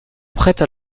prête